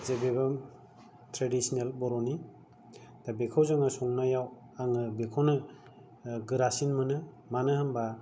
जों बेबो ट्रेडिसनेल बर'नि दा बेखौ जोङो संनायाव आङो बेखौनो गोरासिन मोनो मानो होनोब्ला